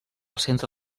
centre